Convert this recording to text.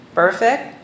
perfect